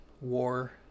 war